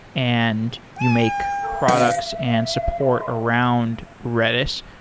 and you make products and support around redis.